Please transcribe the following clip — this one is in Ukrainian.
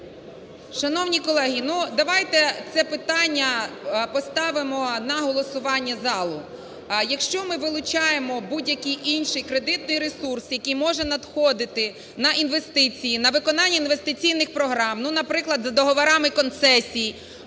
Шановні колеги, ну давайте це питання поставимо на голосування залу. Якщо ми вилучаємо будь-який інший кредитний ресурс, який може надходити на інвестиції, на виконання інвестиційних програм, ну, наприклад, за договорами концесій,